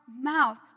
mouth